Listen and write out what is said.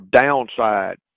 downside